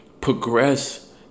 progress